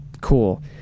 Cool